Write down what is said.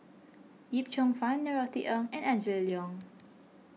Yip Cheong Fun Norothy Ng and Angela Liong